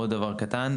עוד דבר קטן,